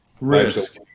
risk